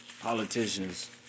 politicians